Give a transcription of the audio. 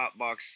hotbox